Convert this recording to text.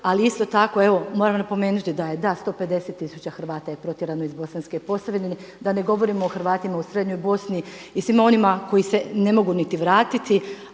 ali isto tako moram napomenuti da je 150 tisuća Hrvata protjerano iz bosanske Posavine da ne govorimo o Hrvatima u srednjoj Bosni i svima onima koji se ne mogu niti vratiti.